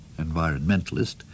environmentalist